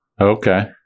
Okay